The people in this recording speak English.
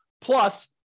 plus